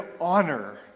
honor